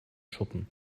schuppen